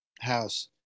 house